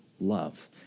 love